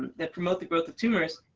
the growth the growth of tumors,